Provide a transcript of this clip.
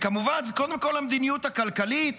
כמובן שזה קודם כול המדיניות הכלכלית,